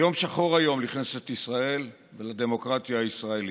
יום שחור היום לכנסת ישראל ולדמוקרטיה הישראלית.